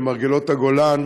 למרגלות הגולן,